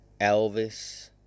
Elvis